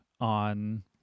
on